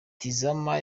tizama